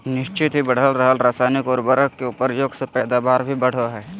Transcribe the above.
निह्चित ही बढ़ रहल रासायनिक उर्वरक के प्रयोग से पैदावार भी बढ़ो हइ